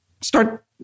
Start